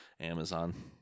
Amazon